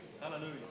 Hallelujah